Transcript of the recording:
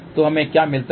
तो हमें क्या मिलता है